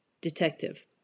Detective